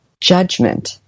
judgment